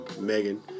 Megan